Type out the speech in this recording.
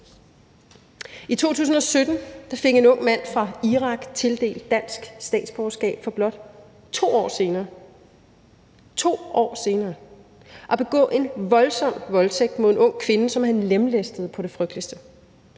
I 2017 fik en ung mand fra Irak tildelt dansk statsborgerskab for blot 2 år senere – 2 år senere! – at begå en voldsom voldtægt mod en ung kvinde, som han lemlæstede på det frygteligste.